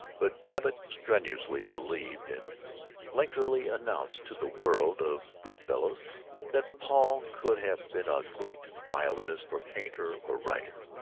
but babbitt strenuously believed and lengthily announced to the world of good fellows that paul could have been a great violinist or painter or writer.